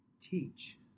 teach